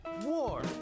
war